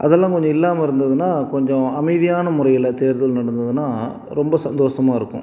அதெல்லாம் கொஞ்சம் இல்லாமல் இருந்ததுதுன்னா கொஞ்சம் அமைதியான முறையில் தேர்தல் நடந்ததுதுன்னா ரொம்ப சந்தோசமாக இருக்கும்